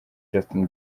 justin